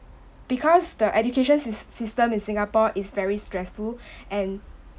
because the education sys~ system in singapore is very stressful and